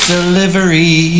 Delivery